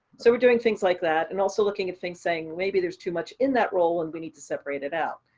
so we're doing things like that. and also looking at things saying maybe there's too much in that role, and we need to separate it out.